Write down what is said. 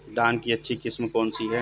धान की अच्छी किस्म कौन सी है?